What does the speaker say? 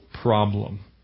problem